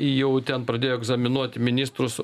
jau ten pradėjo egzaminuoti ministrus